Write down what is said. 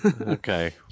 Okay